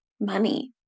money